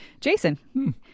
Jason